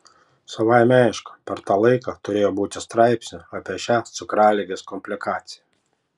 savaime aišku per tą laiką turėjo būti straipsnių apie šią cukraligės komplikaciją